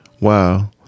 Wow